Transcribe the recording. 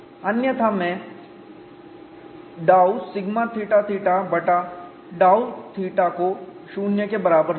अन्यथा मैं डाउ σθθ बटा डाउ θ को 0 के बराबर लूंगा